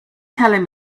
telling